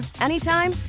anytime